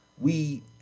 we-